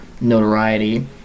Notoriety